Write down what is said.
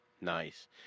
Nice